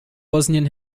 bosnien